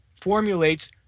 formulates